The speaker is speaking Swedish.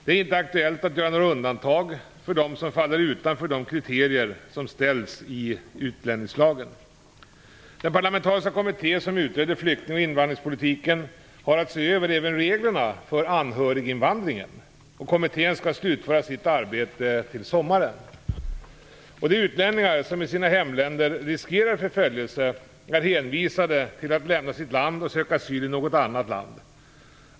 Det är inte aktuellt att göra några undantag för de som faller utanför de kriterier som ställs i utlänningslagen. Den parlamentariska kommitté som utreder flykting och invandringspolitiken har att se över även reglerna för anhöriginvandringen. Kommittén skall slutföra sitt arbete till sommaren. De utlänningar som i sina hemländer riskerar förföljelse är hänvisade till att lämna sitt land och söka asyl i något annat land.